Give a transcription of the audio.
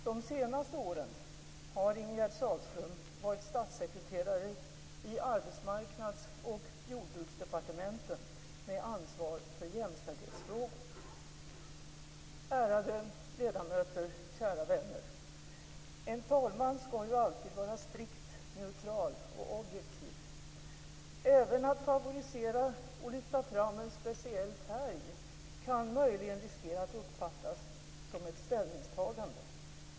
De senaste åren har Ingegerd Sahlström varit statssekreterare i Arbetsmarknads och Jordbruksdepartementen, med ansvar för jämställdhetsfrågor. Ärade ledamöter! Kära vänner! En talman skall alltid vara strikt neutral och objektiv. Även att favorisera och lyfta fram en speciell färg kan möjligen riskera att uppfattas som ett ställningstagande.